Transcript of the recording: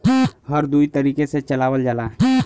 हर दुई तरीके से चलावल जाला